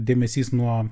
dėmesys nuo